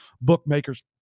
bookmakers